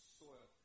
soil